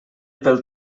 pel